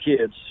kids